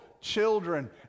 children